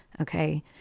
okay